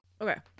okay